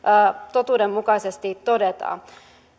totuudenmukaisesti todetaan